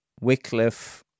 Wycliffe